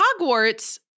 Hogwarts